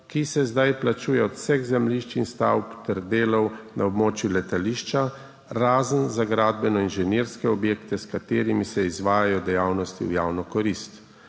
ki se zdaj plačuje od vseh zemljišč in stavb ter delov na območju letališča, razen za gradbeno-inženirske objekte, s katerimi se izvajajo dejavnosti v javno korist.